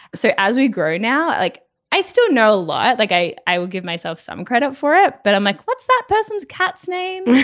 so as we grow now like i still know a lot. like i i will give myself some credit for it. but i'm like what's that person's cat's name